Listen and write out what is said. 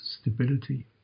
stability